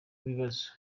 bibazo